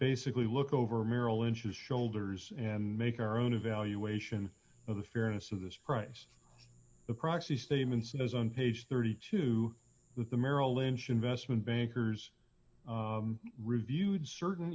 basically look over merrill lynch's shoulders and make our own evaluation of the fairness of this price the proxy statement says on page thirty two dollars that the merrill lynch investment bankers reviewed certain